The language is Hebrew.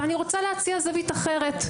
ואני רוצה להציע זווית אחרת.